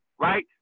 right